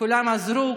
כולם עזרו,